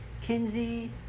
Kinsey